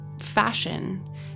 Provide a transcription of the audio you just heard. fashion